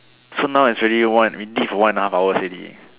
so now is ready one waiting for one and a half hours already